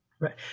Right